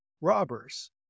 robbers